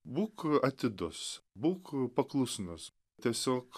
būk atidus būk paklusnus tiesiog